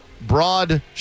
broad